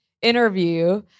interview